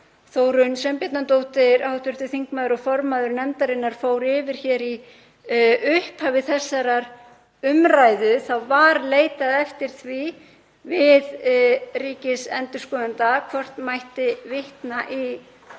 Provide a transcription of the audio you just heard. Þórunn Sveinbjarnardóttir, hv. þingmaður og formaður nefndarinnar, fór yfir í upphafi þessarar umræðu, að það var leitað eftir því við ríkisendurskoðanda hvort mætti vitna í orð